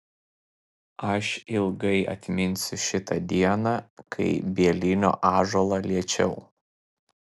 aš ilgai atminsiu šitą dieną kai bielinio ąžuolą liečiau